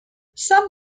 some